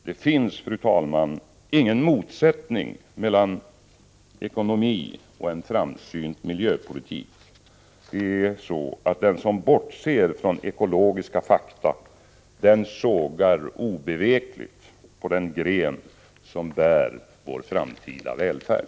Det finns, fru talman, ingen motsättning mellan ekonomi och en framsynt miljöpolitik. Den som bortser från ekologiska fakta sågar obevekligt på den gren som bär vår framtida välfärd.